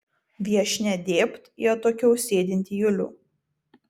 viešnia dėbt į atokiau sėdintį julių